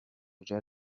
کجا